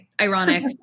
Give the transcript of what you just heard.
Ironic